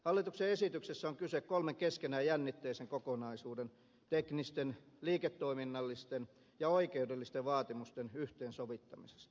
hallituksen esityksessä on kyse kolmen keskenään jännitteisen kokonaisuuden teknisten liiketoiminnallisten ja oikeudellisten vaatimusten yhteensovittamisesta